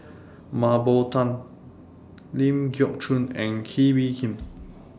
Mah Bow Tan Ling Geok Choon and Kee Bee Khim